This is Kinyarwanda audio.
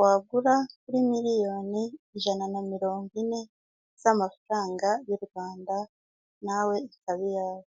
wagura kuri miliyoni ijana na mirongo ine z'amafaranga y'u Rwanda, nawe ikaba iyawe.